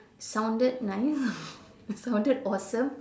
sounded nice sounded awesome